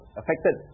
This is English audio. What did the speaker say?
affected